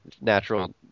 natural